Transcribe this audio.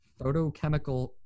photochemical